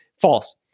False